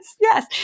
yes